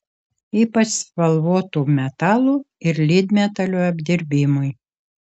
ypač spalvotų metalų ir lydmetalių apdirbimui